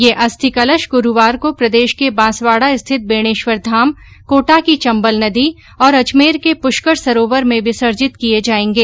ये अस्थिकलश गुरूवार को प्रदेश के बांसवाडा स्थित बेणेश्वर धाम कोटा की चम्बल नदी और अजमेर के पृष्कर सरोवर में विसर्जित किए जाएंगे